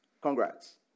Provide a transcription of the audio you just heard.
Congrats